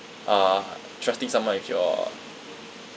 uh trusting someone with your